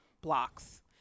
blocks